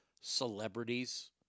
celebrities